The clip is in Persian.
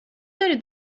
دارید